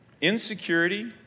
Insecurity